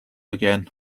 again